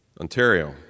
Ontario